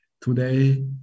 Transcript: Today